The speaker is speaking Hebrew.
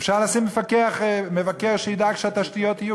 אפשר לשים מבקר שידאג שהתשתיות יהיו,